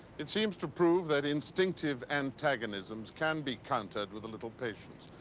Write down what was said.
it seems to prove that instinctive antagonisms can be countered with a little patience.